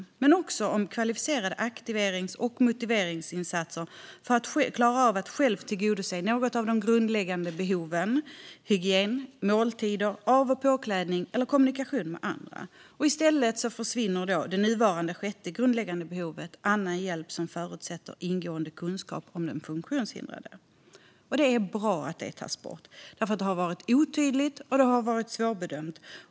Det handlar också om kvalificerade aktiverings och motiveringsinsatser för att man ska klara av att själv tillgodose något av de grundläggande behoven hygien, måltider, av och påklädning och kommunikation med andra. I stället försvinner det nuvarande sjätte grundläggande behovet "annan hjälp som förutsätter ingående kunskap om den funktionshindrade". Det är bra att det tas bort, för det har varit otydligt och svårbedömt.